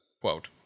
quote